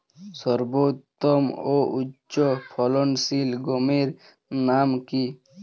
সর্বোত্তম ও উচ্চ ফলনশীল গমের নাম কি?